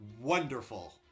Wonderful